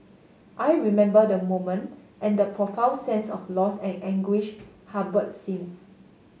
I remember the moment and the profound sense of loss and anguish harboured since